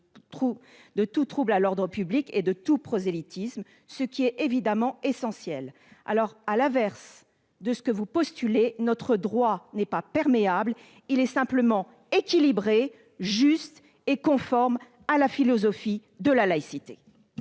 tout trouble à l'ordre public et de tout prosélytisme, ce qui est évidemment essentiel. À l'inverse de ce que vous postulez, notre droit n'est pas perméable : il est simplement équilibré, juste et conforme à la philosophie de la laïcité.